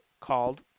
called